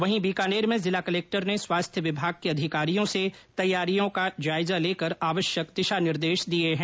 वहीं बीकानेर में जिला कलेक्टर ने स्वास्थ्य विभाग के अधिकारियों से तैयारियों का जायजा लेकर आवश्यक दिशा निर्देश दिए है